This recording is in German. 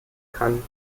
kann